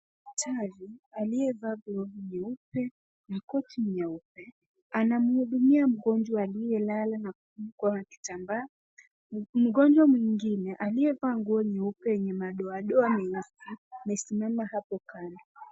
Daktari aliyevaa glovu nyeupe na koti nyeupe anamhudumia mgonjwa aliyelala na kufunikwa kwa kitambaa. Mgonjwa mwingine aliyevaa nguo nyeupe yenye madoadoa meupe amesimama hapo kando.